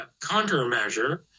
countermeasure